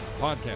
podcast